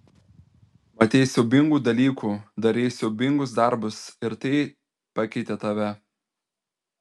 matei siaubingų dalykų darei siaubingus darbus ir tai pakeitė tave